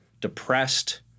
depressed